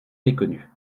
méconnue